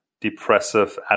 depressive